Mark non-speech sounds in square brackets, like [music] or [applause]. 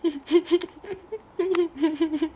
[laughs]